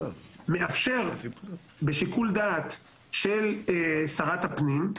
מאפשר בשיקול דעת של שרת הפנים,